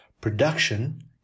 Production